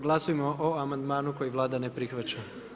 Glasujmo o amandmanu koji Vlada ne prihvaća.